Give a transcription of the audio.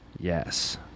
Yes